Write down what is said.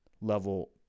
level